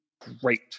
great